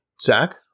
Zach